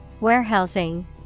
Warehousing